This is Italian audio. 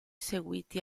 seguiti